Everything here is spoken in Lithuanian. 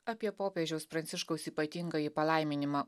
apie popiežiaus pranciškaus ypatingąjį palaiminimą